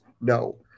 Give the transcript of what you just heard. No